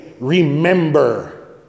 Remember